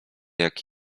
jak